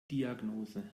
diagnose